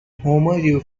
homer